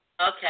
Okay